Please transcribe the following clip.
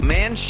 Man